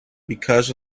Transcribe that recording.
because